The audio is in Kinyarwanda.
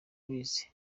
abizi